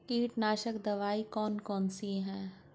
कीटनाशक दवाई कौन कौन सी हैं?